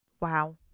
Wow